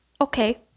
okay